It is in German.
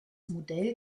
modell